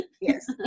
Yes